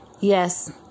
Yes